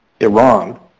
Iran